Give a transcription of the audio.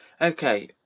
Okay